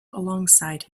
alongside